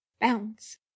Bounce